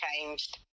changed